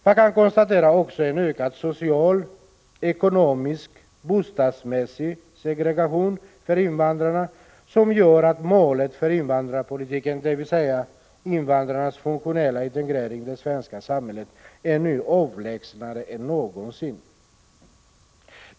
Man kan också konstatera en ökad social, ekonomisk och bostadsmässig segregation för invandrarna, vilket gör att målet för invandrarpolitiken, dvs. invandrarnas funktionella integrering i det svenska samhället, nu är avlägsnare än någonsin.